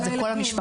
אז זה כל המשפחה.